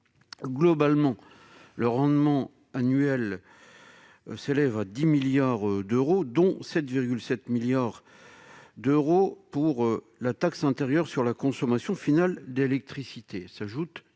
Globalement, le rendement annuel de cette taxe s'élève à 10 milliards d'euros, dont 7,7 milliards pour la taxe intérieure sur la consommation finale d'électricité